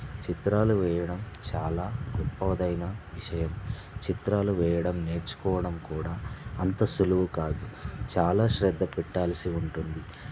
చిత్రాలు వేయడం చాలా గొప్పదైన విషయం చిత్రాలు వేయడం నేర్చుకోవడం కూడా అంత సులువు కాదు చాలా శ్రద్ధ పెట్టాల్సి ఉంటుంది